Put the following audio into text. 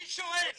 אני שואל.